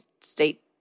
state